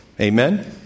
Amen